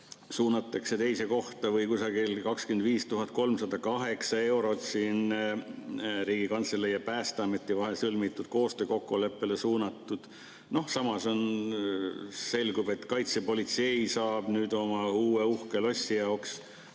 suunatakse teise kohta, või 25 308 eurot on Riigikantselei ja Päästeameti vahel sõlmitud koostöökokkuleppele suunatud. Samas selgub, et kaitsepolitsei saab nüüd oma uue uhke lossi jaoks